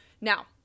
now